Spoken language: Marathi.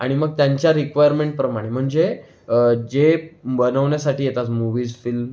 आणि मग त्यांच्या रिक्वायरमेंटप्रमाणे म्हणजे जे बनवण्यासाठी येतात मुव्हीज फिल्म